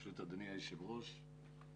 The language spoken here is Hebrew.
ברשות אדוני היושב ראש,